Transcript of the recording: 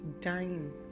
dying